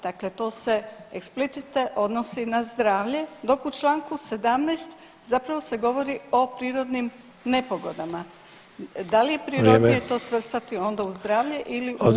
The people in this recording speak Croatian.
Dakle, to se eksplicite odnosi na zdravlje, dok u Članku 17. zapravo se govori o prirodnim nepogodama [[Upadica: Vrijeme.]] Da li je to prirodnije to svrstati onda u zdravlje ili u nepogodu?